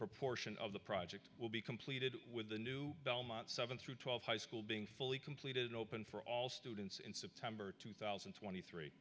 proportion of the project will be completed with the new belmont seven through twelve high school being fully completed open for all students in september two thousand and twenty three